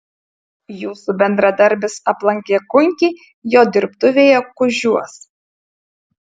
jūsų bendradarbis aplankė kunkį jo dirbtuvėje kužiuos